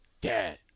Dad